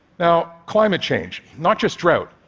now, climate change not just drought,